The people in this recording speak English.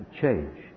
change